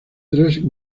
tres